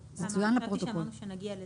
חשבתי שאמרנו שנגיע לזה.